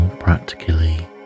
practically